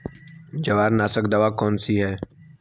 जवार नाशक दवा कौन सी है?